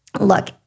look